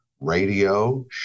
Radio